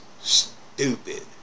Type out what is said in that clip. stupid